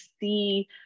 see